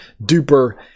duper